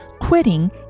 quitting